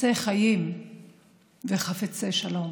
חפצי חיים וחפצי שלום,